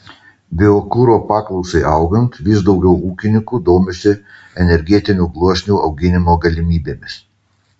biokuro paklausai augant vis daugiau ūkininkų domisi energetinių gluosnių auginimo galimybėmis